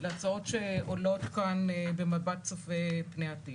להצעות שעולות כאן במבט צופה פני עתיד.